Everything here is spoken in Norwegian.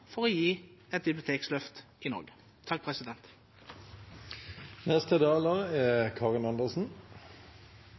for å gi et bibliotekløft i Norge.